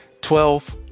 twelve